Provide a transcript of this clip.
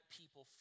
people